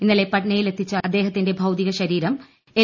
ഇന്നലെ പട്നയിൽ എത്തിച്ച അദ്ദേഹത്തിൻറെ ഭൌതികശരീര്യ് എൽ